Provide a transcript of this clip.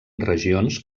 regions